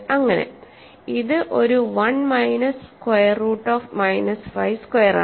അങ്ങനെ ഇത് 1 minus square root of minus 5 സ്ക്വയറാണ്